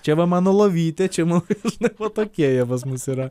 čia va mano lovytė čia mano žinai va tokie jie pas mus yra